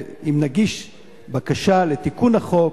אם נגיש בקשה לתיקון החוק,